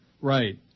right